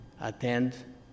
attend